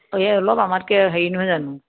এই অলপ আমাতকে হেৰি নহয় জানো